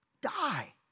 die